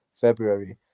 February